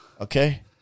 Okay